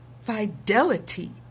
fidelity